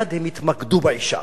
מייד הם התמקדו באשה